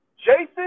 Jason